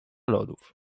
lodów